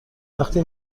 وقتی